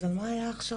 אז על מה היו ההכשרות?